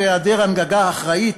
בהיעדר הנהגה אחראית,